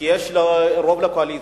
כי יש לו רוב בקואליציה.